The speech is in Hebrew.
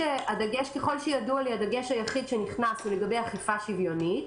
ככל הידוע לי הדגש היחיד שנכנס הוא לגבי אכיפה שוויונית,